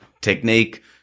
technique